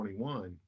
21